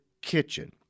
kitchen